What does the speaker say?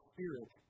Spirit